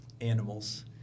animals